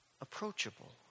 approachable